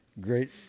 Great